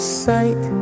sight